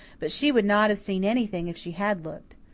but she would not have seen anything if she had looked.